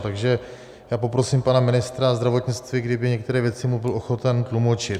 Takže já poprosím pana ministra zdravotnictví, kdyby některé věci mu byl ochoten tlumočit.